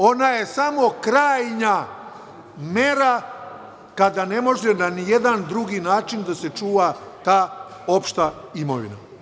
Ona je samo krajnja mera kada ne može na ni jedan drugi način da se čuva ta opšta imovina.